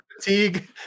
fatigue